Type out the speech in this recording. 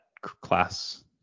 class